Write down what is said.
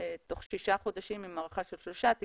תוך שישה חודשים עם הארכה של שלושה חודשים.